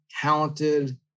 talented